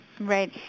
Right